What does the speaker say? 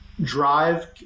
drive